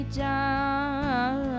down